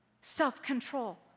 self-control